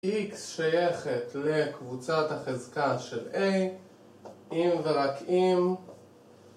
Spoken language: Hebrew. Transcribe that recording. X שייכת לקבוצת החזקה של A, אם ורק אם.